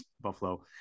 Buffalo